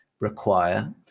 require